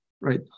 right